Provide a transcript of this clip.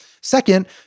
Second